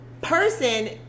person